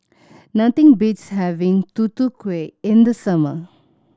nothing beats having Tutu Kueh in the summer